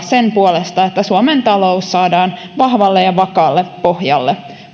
sen puolesta että suomen talous saadaan vahvalle ja vakaalle pohjalle